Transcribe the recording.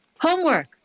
homework